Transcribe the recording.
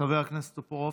חבר הכנסת טופורובסקי.